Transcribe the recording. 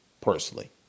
Personally